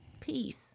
Peace